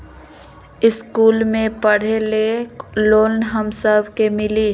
इश्कुल मे पढे ले लोन हम सब के मिली?